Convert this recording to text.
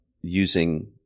using